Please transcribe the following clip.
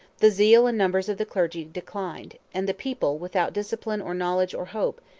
the zeal and numbers of the clergy declined and the people, without discipline, or knowledge, or hope,